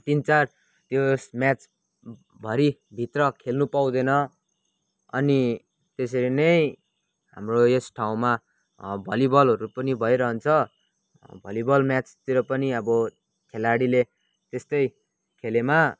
तिन चार त्यो म्याचभरि भित्र खेल्नु पाउँदैन अनि त्यसरी नै हाम्रो यस ठाउँमा भलिभलहरू पनि भइ रहन्छ भलिभल म्याचतिर पनि अब खेलाडीले त्यस्तै खेलेमा